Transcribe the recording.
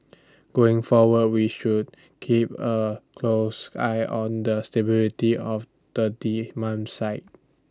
going forward we should keep A close eye on the stability of the demand side